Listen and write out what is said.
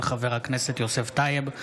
של חבר הכנסת יוסף טייב,